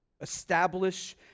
Establish